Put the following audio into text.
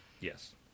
Yes